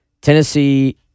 Tennessee